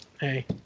hey